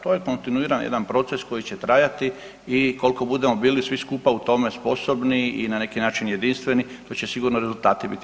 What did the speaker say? To je kontinuiran jedan proces koji će trajati i koliko budemo bili svi skupa u tome sposobni i na neki način jedinstveni to će sigurno rezultati biti